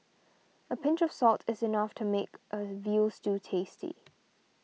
a pinch of salt is enough to make a Veal Stew tasty